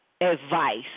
Advice